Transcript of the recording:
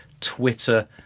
Twitter